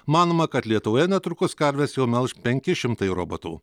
manoma kad lietuvoje netrukus karves jau melš penki šimtai robotų